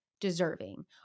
deserving